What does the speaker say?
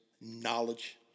knowledge